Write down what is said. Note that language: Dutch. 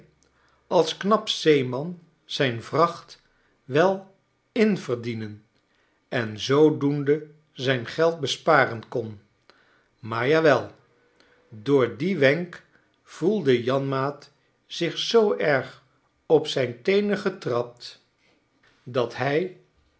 als knap zeeman zijn vracht wel inverdienen en zoodoende zijn geld besparen kon maar jawel door dien wenk voelde janmaat zich zoo erg op zijn teenen getrapt dat hij